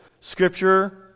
Scripture